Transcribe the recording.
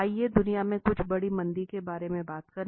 आइए दुनिया की कुछ बड़ी मंदी के बारे में बात करें